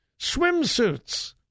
swimsuits